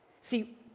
See